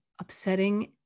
upsetting